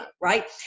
right